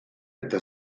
eta